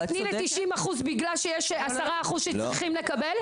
אז את תתני ל-90% בגלל שיש 10% שצריכים לקבל?